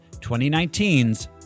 2019's